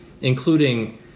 including